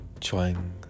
Chuang